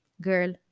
girl